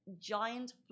giant